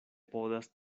povas